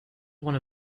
one